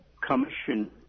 Commission